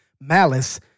malice